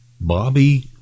Bobby